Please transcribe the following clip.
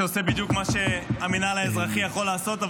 שעושה בדיוק מה שהמינהל האזרחי יכול לעשות,